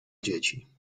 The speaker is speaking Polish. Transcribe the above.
dzieci